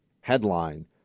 headline